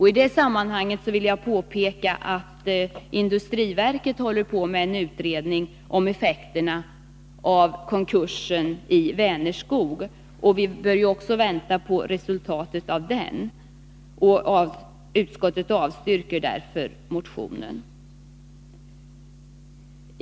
I det sammanhanget vill jag påpeka att industriverket håller på med en utredning om effekterna av konkursen i Vänerskog. Vi bör också vänta på resultatet av denna. Utskottet avstyrker därför motionen.